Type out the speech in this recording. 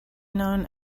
known